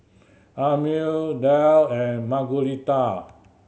Amil Dale and Margueritta